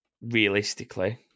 realistically